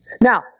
Now